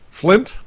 Flint